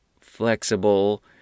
flexible